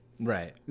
Right